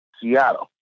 Seattle